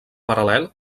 paral·lel